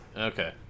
okay